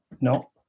No